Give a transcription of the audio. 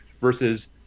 versus